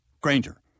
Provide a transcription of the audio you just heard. Granger